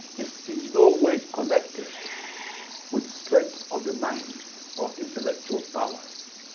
is in no way connected with strength of the mind or intellectual powers.